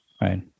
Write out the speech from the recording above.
right